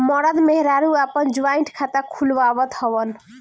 मरद मेहरारू आपन जॉइंट खाता खुलवावत हवन